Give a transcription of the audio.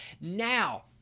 Now